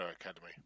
Academy